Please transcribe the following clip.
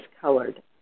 colored